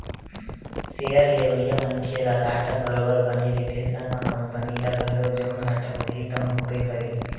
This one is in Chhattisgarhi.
सेयर लेवइया मनखे ल घाटा बरोबर बने रहिथे संग म कंपनी ल घलो जउन घाटा होही तउन होबे करही